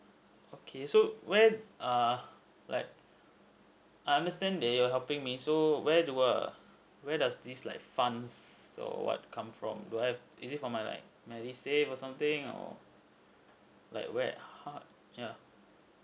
okay so where uh like I understand they will helping me so where do err where does this like funds so what come from do I have is it from my like my daily save or something or like where how yeah